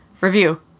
Review